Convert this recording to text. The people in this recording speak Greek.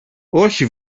όχι